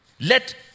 Let